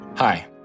Hi